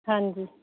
ਹਾਂਜੀ